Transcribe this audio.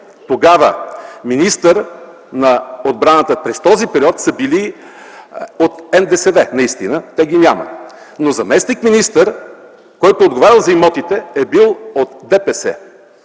че министрите на отбраната през този период са били от НДСВ. Наистина, тях ги няма, но заместник-министърът, който е отговарял за имотите, е бил от ДПС.